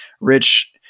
Rich